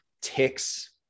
ticks